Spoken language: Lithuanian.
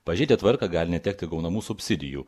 pažeidę tvarką gali netekti gaunamų subsidijų